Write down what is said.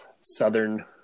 southern